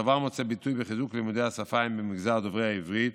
הדבר מוצא ביטוי בחיזוק לימודי השפה במגזר דוברי העברית,